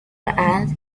ants